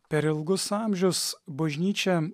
per ilgus amžius bažnyčia